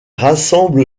rassemble